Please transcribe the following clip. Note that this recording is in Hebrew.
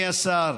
השר,